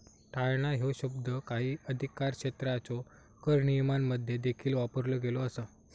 टाळणा ह्यो शब्द काही अधिकारक्षेत्रांच्यो कर नियमांमध्ये देखील वापरलो गेलो असा